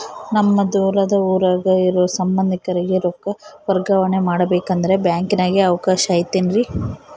ನಮ್ಮ ದೂರದ ಊರಾಗ ಇರೋ ಸಂಬಂಧಿಕರಿಗೆ ರೊಕ್ಕ ವರ್ಗಾವಣೆ ಮಾಡಬೇಕೆಂದರೆ ಬ್ಯಾಂಕಿನಾಗೆ ಅವಕಾಶ ಐತೇನ್ರಿ?